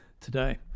today